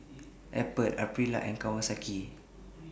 Apple Aprilia and Kawasaki